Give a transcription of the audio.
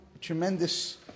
tremendous